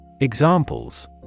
Examples